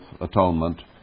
atonement